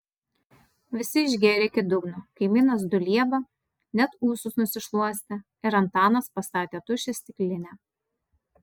visi išgėrė iki dugno kaimynas dulieba net ūsus nusišluostė ir antanas pastatė tuščią stiklinę